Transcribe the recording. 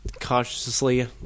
cautiously